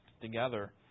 together